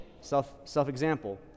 self-example